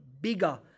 bigger